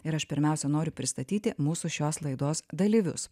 ir aš pirmiausia noriu pristatyti mūsų šios laidos dalyvius